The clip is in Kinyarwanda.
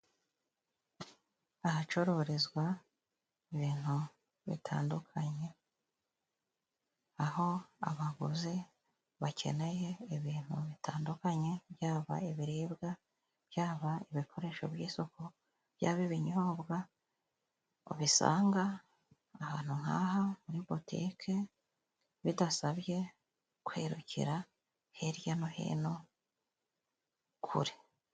Ahacururizwa ibintu bitandukanye aho abaguzi bakeneye ibintu bitandukanye byaba ibiribwa, byaba ibikoresho by'isuku, byaba ibinyobwa ubisanga ahantu nkaha muri botiki bidasabye kwirukira hirya no hino kure.